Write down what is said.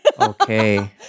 Okay